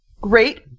great